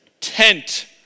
tent